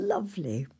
Lovely